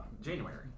January